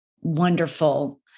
wonderful